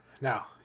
Now